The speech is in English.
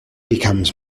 becomes